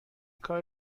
کار